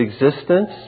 existence